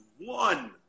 one